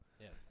Yes